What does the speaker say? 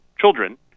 children